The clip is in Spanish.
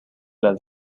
las